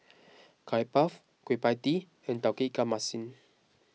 Curry Puff Kueh Pie Tee and Tauge Ikan Masin